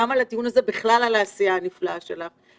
גם על הדיון הזה ובכלל על העשייה הנפלאה שלך,